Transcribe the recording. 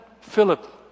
Philip